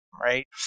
right